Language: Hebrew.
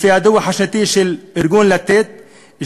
לפי הדוח השנתי של ארגון "לתת",